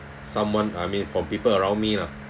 someone I mean from people around me lah